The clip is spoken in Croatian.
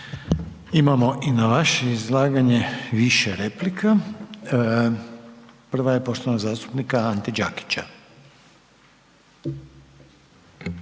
Imamo i na vaše izlaganje više replika. Prva je poštovanog zastupnika Ante Đakića.